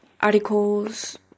articles